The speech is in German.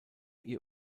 ihr